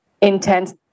intense